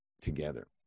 together